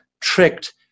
tricked